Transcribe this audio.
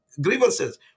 grievances